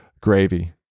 gravy